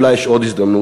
אולי יש עוד הזדמנות